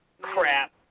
crap